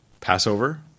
Passover